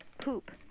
poop